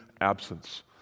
absence